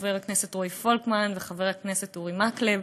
חבר הכנסת רועי פולקמן וחבר הכנסת אורי מקלב.